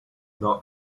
not